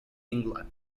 england